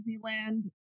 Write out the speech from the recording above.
Disneyland